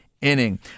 inning